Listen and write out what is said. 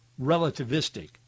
relativistic